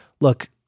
look